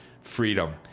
freedom